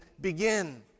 begin